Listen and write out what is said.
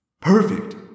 Perfect